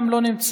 גם לא נמצא,